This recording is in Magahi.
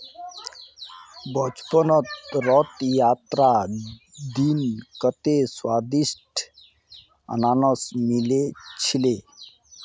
बचपनत रथ यात्रार दिन कत्ते स्वदिष्ट अनन्नास मिल छिले